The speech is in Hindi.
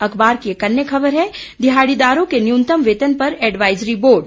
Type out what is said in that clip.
अखबार की एक अन्य खबर है दिहाड़ीदारों के न्यूनतम वेतन पर एडवाइजरी बोर्ड